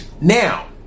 Now